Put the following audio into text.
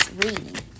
reading